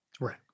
Right